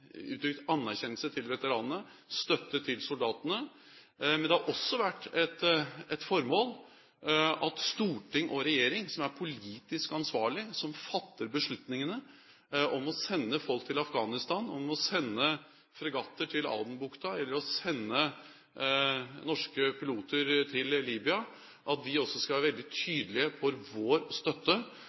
uttrykt anerkjennelse til veteranene og støtte til soldatene. Men det har også vært et formål at storting og regjering – som er politisk ansvarlig, som fatter beslutningene om å sende folk til Afghanistan, om å sende fregatter til Adenbukta eller å sende norske piloter til Libya – skal være veldig tydelige på vår støtte